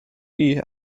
die